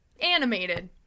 Animated